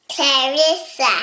Clarissa